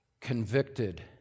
convicted